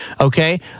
okay